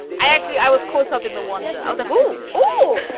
i actually i was caught up in the wonder. i was like, oh oh,